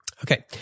Okay